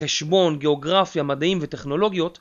תשבון, גיאוגרפיה, מדעים וטכנולוגיות